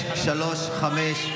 1635,